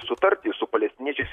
sutarti su palestiniečiais